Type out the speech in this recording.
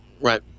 Right